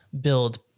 build